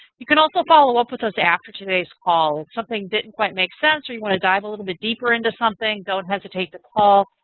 you can also follow up with us after today's call. if something didn't quite make sense or you want to dive a little bit deeper into something, don't hesitate to call.